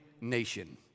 nation